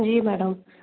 जी madam